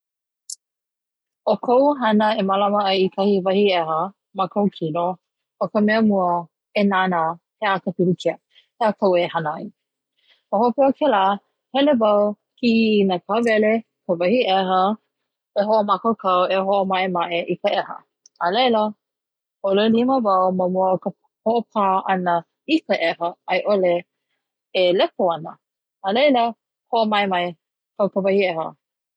O koʻu hana e m